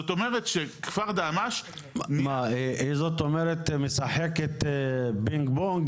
זאת אומרת, היא משחקת פינג פונג.